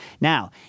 Now